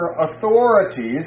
authorities